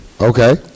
Okay